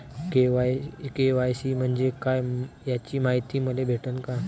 KYC म्हंजे काय याची मायती मले भेटन का?